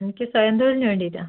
എനിക്ക് സ്വയം തൊഴിലിന് വേണ്ടിയിട്ടാണ്